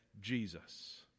Jesus